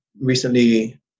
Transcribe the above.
recently